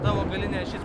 tavo galinė ašis